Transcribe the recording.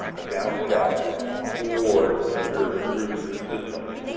a downspout for your roof system.